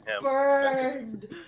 burned